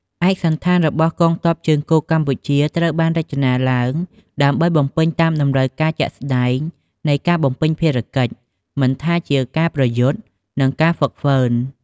ឯកសណ្ឋានរបស់កងទ័ពជើងគោកកម្ពុជា ត្រូវបានរចនាឡើងដើម្បីបំពេញតាមតម្រូវការជាក់ស្ដែងនៃការបំពេញភារកិច្ច មិនថាជាការប្រយុទ្ធ និងការហ្វឹកហ្វឺន។